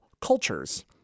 Cultures